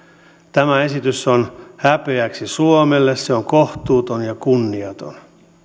tämä esitys on häpeäksi suomelle se on kohtuuton ja kunniaton